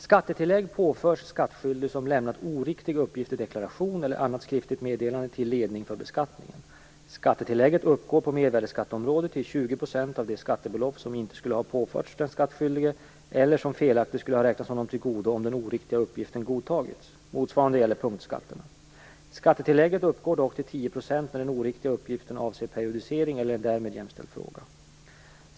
Skattetillägg påförs skattskyldig som lämnat oriktig uppgift i deklaration eller annat skriftligt meddelande till ledning för beskattningen. Skattetillägget uppgår på mervärdesskatteområdet till 20 % av det skattebelopp som inte skulle ha påförts den skattskyldige eller som felaktigt skulle ha räknats honom till godo om den oriktiga uppgiften godtagits. Motsvarande gäller för punktskatterna. Skattetillägget uppgår dock till 10 % när den oriktiga uppgiften avser periodisering eller en därmed jämställd fråga.